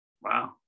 Wow